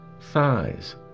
thighs